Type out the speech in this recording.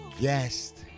guest